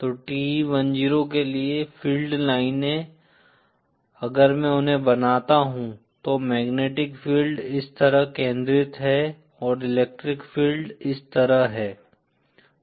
तो TE 10 के लिए फ़ील्ड लाइनें अगर मैं उन्हें बनाता हूँ तो मैग्नेटिक फील्ड इस तरह केंद्रित है और इलेक्ट्रिक फील्ड इस तरह हैं